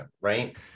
right